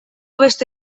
beste